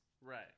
Right